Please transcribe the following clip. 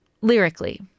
lyrically